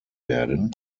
werden